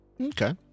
okay